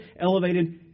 elevated